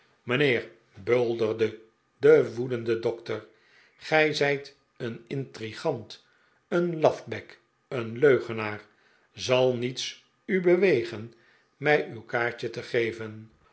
mijnheer bulderde de woedende dokter gij zijt een intrigant een lafbek een leugenaarl zal niets u bewegen mij uw kaartje te geven